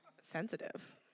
Sensitive